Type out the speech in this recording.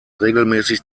regelmäßig